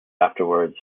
afterwards